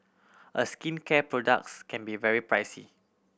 a skincare products can be very pricey